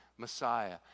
Messiah